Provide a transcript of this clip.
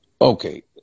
Okay